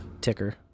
Ticker